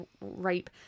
rape